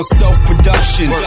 self-production